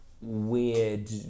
weird